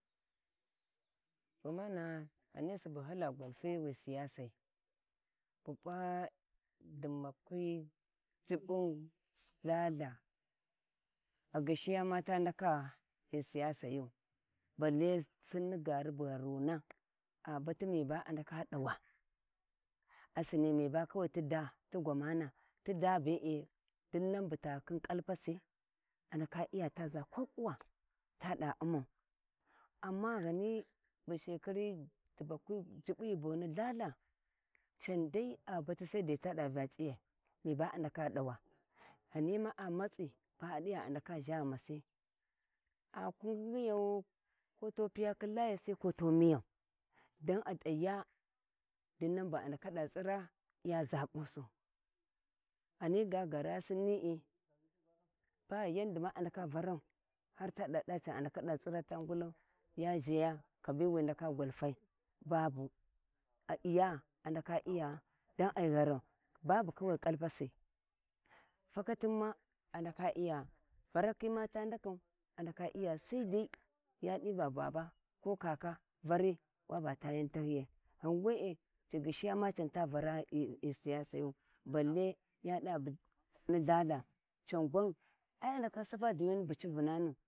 Gwamana’a ghani subu hala gwalfi wu siyasai ghi P’a dibakhi jiɓɓun lthaltha a ghishiya ma ta ndaka ghi siyasayu, balle Sinni gari bu gharuna a bati miba a ndaka duwa, a Sinni mi ba kawai ti daa ti gwamana ti da bee dinman bu takhin kalpasi, a ndaka Iya ta ʒa koƙuwa ta da umau amma ghani bu shekari dibakwi jiɓɓi boni lthalthe candai a batisaidai tada Vya C’iyai miba a ndaka dawa, ghani ma a matsi ba’a a diva a ndaka dawa ghani ma a matsi, baa a diva a ndaka zha ghamasi aku ngingiyo ko to Piya khin layasi ko ti miyar dan a t’aya dinnan ba a ndaka tsira ta ga ʒabusu ghani ga gaarasini’i ba yandi ma a ndaka varau har ta ndaka ngulau ya zhaya kabbi wi raka gwalfai babu a vja a ndaka iya ai gharau babu kwi ƙalpasi fakatia ma a ndaka iya Varakhi ma ta ndakau a ndaka iya saidai ya diva baba ko kaka vari waba ta yan tahyai ghan wee ci gyishinja ma can ta vara ghi siyasayu bell mu bu ai a ndaka sapa diyuna bu anjuna nu.